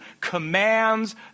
commands